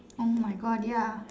oh my God ya